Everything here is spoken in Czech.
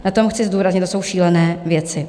Na tom chci zdůraznit, to jsou šílené věci.